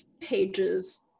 pages